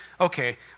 Okay